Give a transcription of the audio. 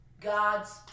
God's